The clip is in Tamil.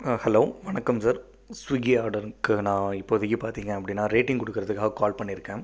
ஆ ஹலோ வணக்கம் சார் ஸ்விக்கி ஆர்டர்க்கு நான் இப்போதைக்கு பார்த்தீங்க அப்படீன்னா ரேட்டிங் கொடுக்குறதுக்காக கால் பண்ணியிருக்கேன்